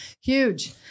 huge